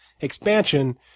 expansion